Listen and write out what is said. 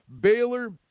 Baylor